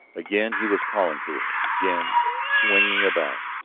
again he was calling to her, again, swinging about,